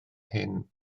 hyn